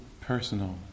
personal